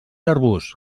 arbust